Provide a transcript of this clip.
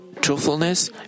truthfulness